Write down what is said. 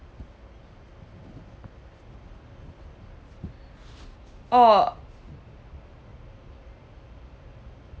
orh